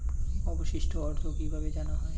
অবশিষ্ট অর্থ কিভাবে জানা হয়?